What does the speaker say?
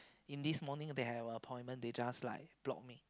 in this morning they have appointment they just like block me